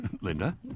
Linda